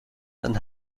and